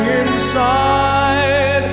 inside